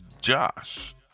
Josh